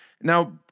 Now